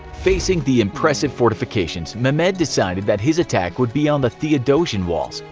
facing the impressive fortifications, mehmed decided that his attack would be on the theodosian walls,